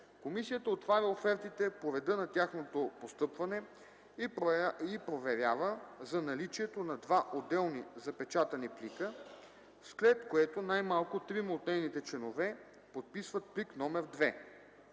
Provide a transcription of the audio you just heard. Комисията отваря офертите по реда на тяхното постъпване и проверява за наличието на два отделни запечатани плика, след което най-малко трима от нейните членове подписват плик № 2.